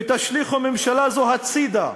ותשליכו ממשלה זו הצדה,